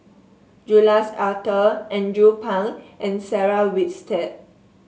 Jules Itier Andrew Phang and Sarah Winstedt